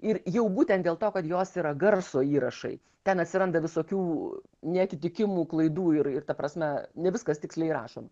ir jau būtent dėl to kad jos yra garso įrašai ten atsiranda visokių neatitikimų klaidų ir ir ta prasme ne viskas tiksliai rašoma